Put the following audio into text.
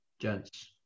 gents